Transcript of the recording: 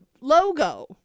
logo